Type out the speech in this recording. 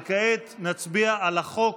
וכעת נצביע על החוק